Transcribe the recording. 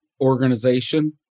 organization